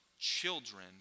children